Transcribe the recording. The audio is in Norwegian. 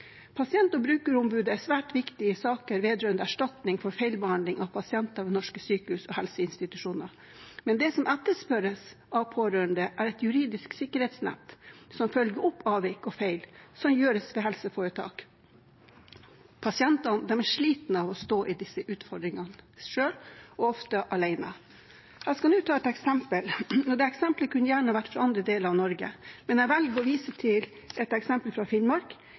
Pasient- og brukerombudet er svært viktig i saker vedrørende erstatning for feilbehandling av pasienter ved norske sykehus og helseinstitusjoner, men det som etterspørres av pårørende, er et juridisk sikkerhetsnett som følger opp avvik og feil som gjøres ved helseforetak. Pasientene er slitne av å stå i disse utfordringene selv – og ofte alene. Jeg skal nå ta et eksempel, og det eksemplet kunne gjerne vært fra andre deler av Norge, men jeg velger å vise til et eksempel fra Finnmark